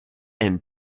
and